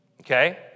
okay